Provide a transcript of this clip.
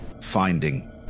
finding